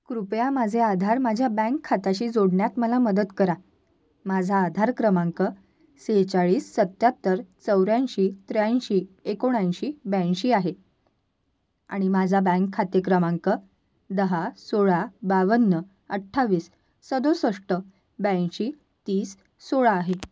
कृपया माझे आधार माझ्या बँक खात्याशी जोडण्यात मला मदत करा माझा आधार क्रमांक सेहेचाळीस सत्याहत्तर चौऱ्याऐंशी त्र्याऐंशी एकोणऐंशी ब्याऐंशी आहे आणि माझा बँक खाते क्रमांक दहा सोळा बावन्न अठ्ठावीस सदुसष्ट ब्याऐंशी तीस सोळा आहे